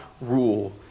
rule